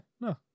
no